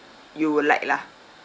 you will like lah